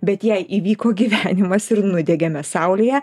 bet jei įvyko gyvenimas ir nudegėme saulėje